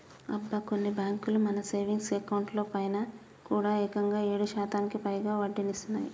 అబ్బా కొన్ని బ్యాంకులు మన సేవింగ్స్ అకౌంట్ లో పైన కూడా ఏకంగా ఏడు శాతానికి పైగా వడ్డీనిస్తున్నాయి